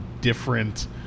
different